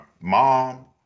mom